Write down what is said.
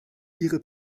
ihre